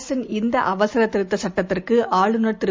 அரசின்இந்தஅவசரத்திருத்தச்சட்டத்திற்குஆளுநர்திரு